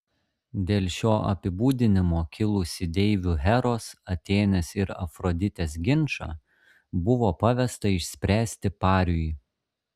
dėl šio apibūdinimo kilusį deivių heros atėnės ir afroditės ginčą buvo pavesta išspręsti pariui